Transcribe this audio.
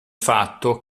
fatto